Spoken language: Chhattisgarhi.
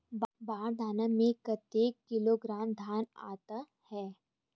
बार दाना में कतेक किलोग्राम धान आता हे?